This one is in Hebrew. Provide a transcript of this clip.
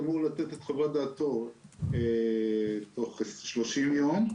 אמור לתת את חוות דעתו תוך 30 יום.